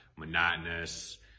monotonous